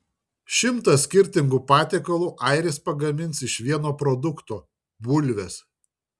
šimtą skirtingų patiekalų airis pagamins iš vieno produkto bulvės